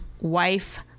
wife